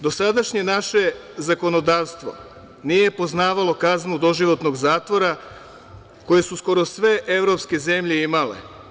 Dosadašnje naše zakonodavstvo nije poznavalo kaznu doživotnog zatvora, koje su skoro sve evropske zemlje imale.